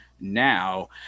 now